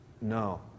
No